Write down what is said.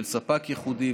של ספק ייחודי,